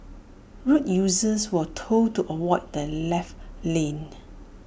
road users were told to avoid the left lane